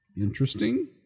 interesting